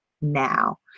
now